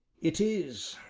it is,